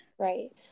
Right